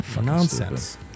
Nonsense